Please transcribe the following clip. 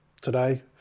today